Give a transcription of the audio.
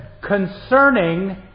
concerning